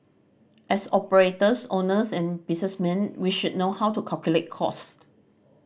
as operators owners and businessmen we should know how to calculate cost